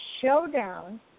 Showdown